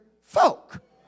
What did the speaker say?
folk